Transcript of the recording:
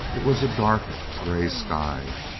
it was a dark gray sky,